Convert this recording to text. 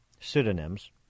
pseudonyms